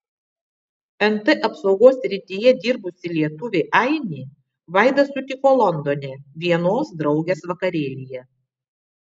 nt apsaugos srityje dirbusį lietuvį ainį vaida sutiko londone vienos draugės vakarėlyje